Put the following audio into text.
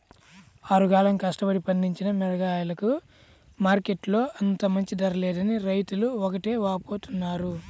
ఆరుగాలం కష్టపడి పండించిన మిరగాయలకు మార్కెట్టులో అంత మంచి ధర లేదని రైతులు ఒకటే వాపోతున్నారు